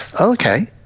okay